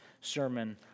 sermon